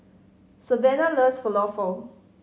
Savana loves Falafel